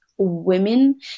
Women